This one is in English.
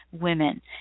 women